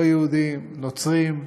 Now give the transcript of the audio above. לא יהודים, נוצרים.